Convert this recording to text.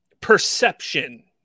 perception